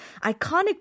iconic